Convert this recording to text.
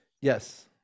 yes